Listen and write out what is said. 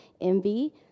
envy